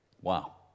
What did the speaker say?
Wow